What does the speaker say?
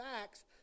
facts